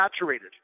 saturated